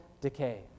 decay